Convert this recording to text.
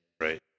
Right